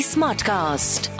Smartcast